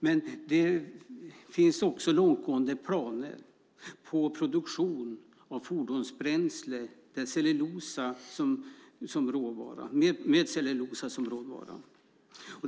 Men det finns också långtgående planer på produktion av fordonsbränsle med cellulosa som råvara.